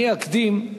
אני אקדים,